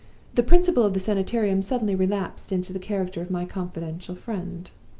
the principal of the sanitarium suddenly relapsed into the character of my confidential friend.